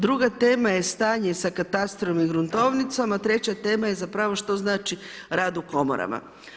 Druga tema je stanje sa katastrom i gruntovnicom, a treća tema je zapravo što znači rad u komorama.